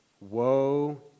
Woe